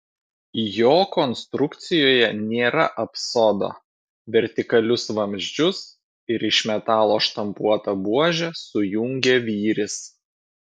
jo konstrukcijoje nėra apsodo vertikalius vamzdžius ir iš metalo štampuotą buožę sujungia vyris